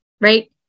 right